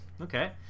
Okay